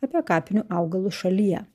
apie kapinių augalus šalyje